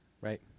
Right